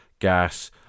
gas